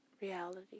reality